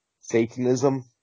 Satanism